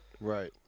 Right